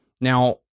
Now